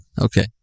Okay